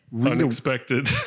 unexpected